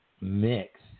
mix